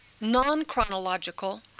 non-chronological